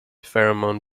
pheromone